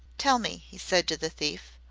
tell me, he said to the thief,